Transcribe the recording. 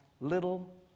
little